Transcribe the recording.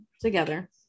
together